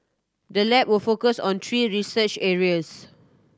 the lab will focus on three research areas